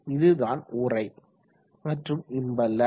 இதுதான் உறை மற்றும் இம்பெல்லர்